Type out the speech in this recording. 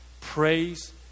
praise